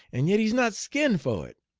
and yet he's not skinned for it.